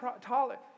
tolerate